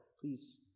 please